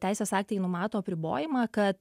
teisės aktai numato apribojimą kad